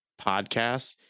Podcast